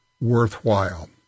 worthwhile